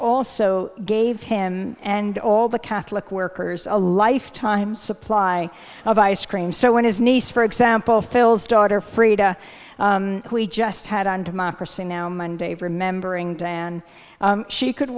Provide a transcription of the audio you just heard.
also gave him and all the catholic workers a lifetime supply of ice cream so when his niece for example phil's daughter frieda who we just had on democracy now monday remembering diane she could